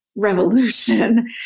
revolution